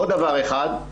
עוד דבר אחד,